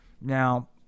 Now